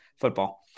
football